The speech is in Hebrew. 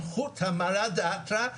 הרפורמה הזו היא לא רפורמה בהלכה,